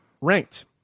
ranked